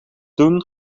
doen